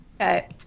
Okay